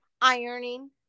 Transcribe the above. ironing